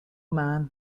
man